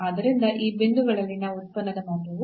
ಆದ್ದರಿಂದ ಈ ಬಿಂದುಗಳಲ್ಲಿನ ಉತ್ಪನ್ನದ ಮೌಲ್ಯವು